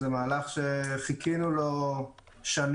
זה מהלך שחיכינו לו שנים,